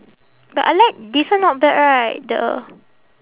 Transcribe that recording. but I like this one not bad right the